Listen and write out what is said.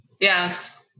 Yes